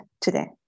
today